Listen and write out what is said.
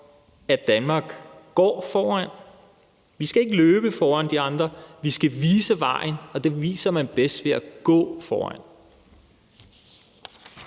at Danmark går foran. Vi skal ikke løbe foran de andre; vi skal vise vejen, og det viser man bedst ved at gå foran.